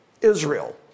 Israel